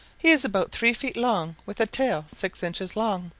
he is about three feet long with a tail six inches long,